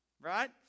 right